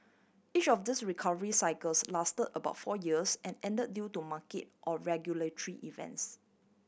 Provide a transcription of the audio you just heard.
each of these recovery cycles last about four years and end due to market or regulatory events